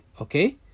okay